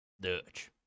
Dutch